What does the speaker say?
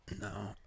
No